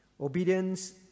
Obedience